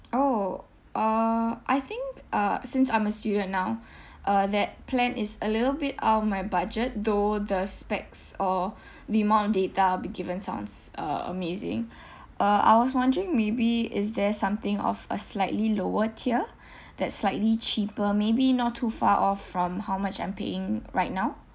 orh uh I think uh since I'm a student now uh that plan is a little bit out of my budget though the specs or the amount of data be given sounds uh amazing uh I was wondering maybe is there something of a slightly lower tier that's slightly cheaper maybe not too far off from how much I'm paying right now